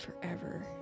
forever